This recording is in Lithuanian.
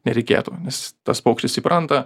nereikėtų nes tas paukštis įpranta